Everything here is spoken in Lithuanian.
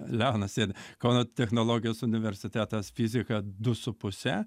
leonas sėdi kauno technologijos universitetas fizika du su puse